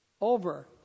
Over